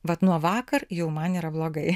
vat nuo vakar jau man yra blogai